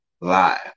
live